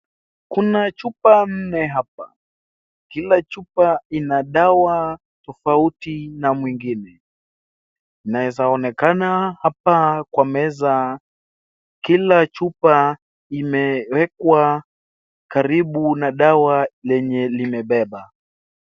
Kuna chupa nne hapa, kila chupa ina dawa tofauti na mwingine. Naweza onekana hapa kwa meza, kila chupa imewekwa karibu na dawa lenye limebeba.